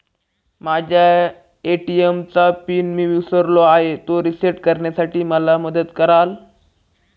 माझ्या ए.टी.एम चा पिन मी विसरलो आहे, तो रिसेट करण्यासाठी मला मदत कराल?